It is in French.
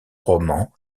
romans